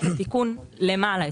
את התיקון למעלה,